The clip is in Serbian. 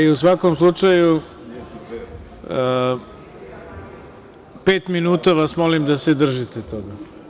U svakom slučaju, pet minuta, molim vas da se držite toga.